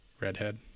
redhead